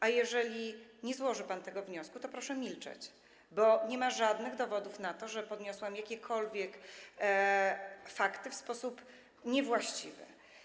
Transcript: A jeżeli nie złoży pan tego wniosku, to proszę milczeć, bo nie ma żadnych dowodów na to, że podniosłam jakiekolwiek fakty w sposób niewłaściwy.